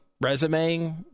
resume